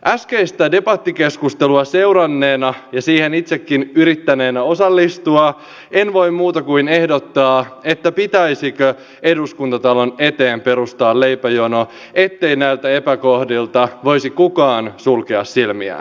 äskeistä debattikeskustelua seuranneena ja siihen itsekin yrittäneenä osallistua en voi muuta kuin ehdottaa että pitäisikö eduskuntatalon eteen perustaa leipäjono ettei näiltä epäkohdilta voisi kukaan sulkea silmiään